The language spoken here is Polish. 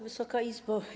Wysoka Izbo!